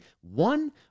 one